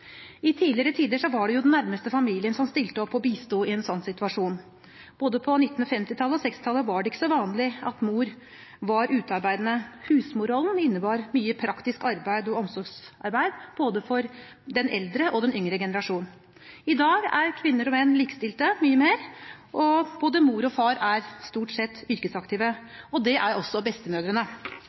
I tidligere tider var det den nærmeste familien som stilte opp og bisto i en sånn situasjon. På 1950-tallet og 1960-tallet var det ikke så vanlig at mor var utearbeidende. Husmorrollen innebar mye praktisk arbeid og omsorgsarbeid både for den eldre og den yngre generasjon. I dag er kvinner og menn mye mer likestilt, både mor og far er stort sett yrkesaktive, og det er også bestemødrene.